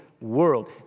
world